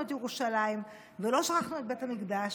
את ירושלים ולא שכחנו את בית המקדש,